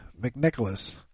McNicholas